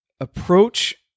approach